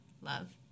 love